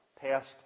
past